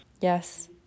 Yes